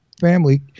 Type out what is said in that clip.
family